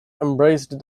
embraced